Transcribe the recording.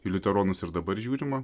į liuteronus ir dabar žiūrima